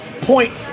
point